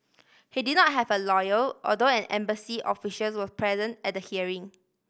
he did not have a lawyer although an embassy officials was present at hearing